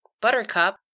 buttercup